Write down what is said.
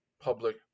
public